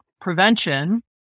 prevention